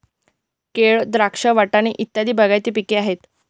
केळ, द्राक्ष, वाटाणे इत्यादी बागायती पिके आहेत